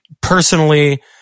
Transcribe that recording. personally